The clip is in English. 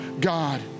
God